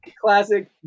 classic